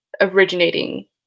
originating